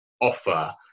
offer